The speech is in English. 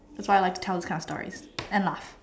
so I like to tell this kind of stories and lah